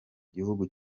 gihugu